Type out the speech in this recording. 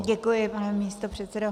Děkuji, pane místopředsedo.